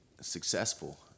successful